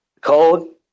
cold